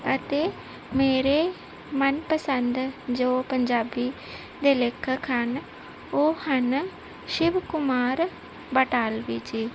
ਅਤੇ ਮੇਰੇ ਮਨ ਪਸੰਦ ਜੋ ਪੰਜਾਬੀ ਦੇ ਲੇਖਕ ਹਨ ਉਹ ਹਨ ਸ਼ਿਵ ਕੁਮਾਰ ਬਟਾਲਵੀ ਜੀ